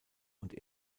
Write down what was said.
und